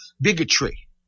bigotry